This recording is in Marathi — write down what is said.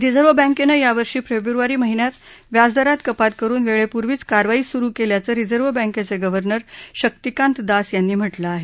रिझर्व बँकेने यावर्षी फेब्रुवारी महिन्यात व्याजदरात कपात करून वेळेपूर्वीच कारवाई सुरु केल्याचं रिजर्व बँकेचे गव्हर्नर शक्तिकांत दास यांनी म्हटलं आहे